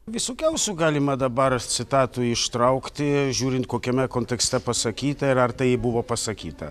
visokiausių galima dabar citatų ištraukti žiūrint kokiame kontekste pasakyta ir ar tai buvo pasakyta